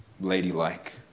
ladylike